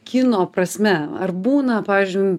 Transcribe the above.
kino prasme ar būna pavyzdžiui